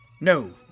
No